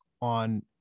on